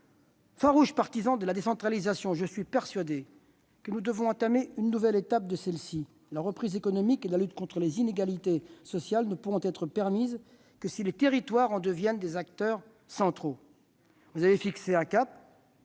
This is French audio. Farouche partisan de la décentralisation, je suis persuadé que nous devons entamer une nouvelle étape de celle-ci. La reprise économique et la lutte contre les inégalités sociales ne pourront être permises que si les territoires en deviennent les acteurs centraux. Vous avez fixé un cap